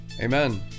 Amen